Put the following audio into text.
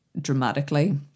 dramatically